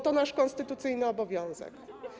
To nasz konstytucyjny obowiązek.